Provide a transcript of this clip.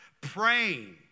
praying